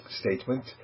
statement